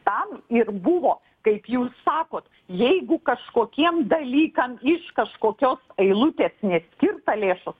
tam ir buvo kaip jūs sakot jeigu kažkokiem dalykam iš kažkokio eilutės neskirta lėšų